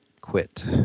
quit